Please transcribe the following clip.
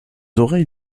oreilles